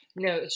No